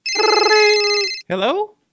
Hello